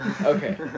Okay